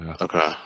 Okay